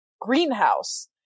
greenhouse